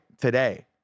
today